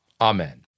Amen